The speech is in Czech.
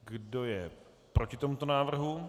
Kdo je proti tomuto návrhu?